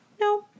No